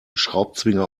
schraubzwinge